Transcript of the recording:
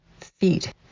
feet